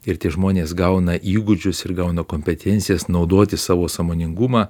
ir tie žmonės gauna įgūdžius ir gauna kompetencijas naudoti savo sąmoningumą